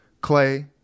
Clay